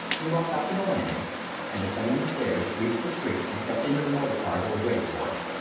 we walked out to the landing and, descending the stairs, reached the street and stepped into the motor car that was waiting for us.